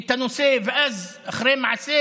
את הנושא, ואז, אחרי מעשה